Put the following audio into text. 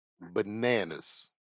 bananas